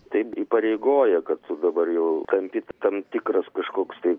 tai įpareigoja kad dabar jau tam ti tam tikras kažkoks tai